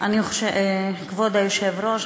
כבוד היושב-ראש,